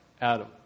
Adam